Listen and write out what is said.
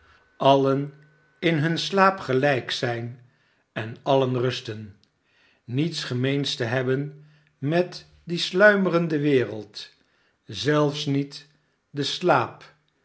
alien in hun slaap gelijk zijn en alien rusten niets gemeens te hebben met die sluimerende wereld zelfs niet den slaap